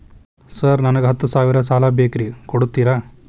Sir ನನಗ ಹತ್ತು ಸಾವಿರ ಸಾಲ ಬೇಕ್ರಿ ಕೊಡುತ್ತೇರಾ?